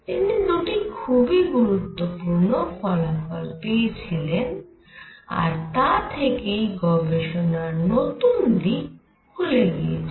তিনি দুটি খুবই গুরুত্বপূর্ণ ফলাফল পেয়েছিলেন আর তা থেকেই গবেষণার নতুন দিক খুলে গেছিল